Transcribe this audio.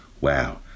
Wow